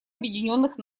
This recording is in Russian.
объединенных